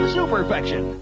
Superfection